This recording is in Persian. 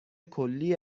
کلی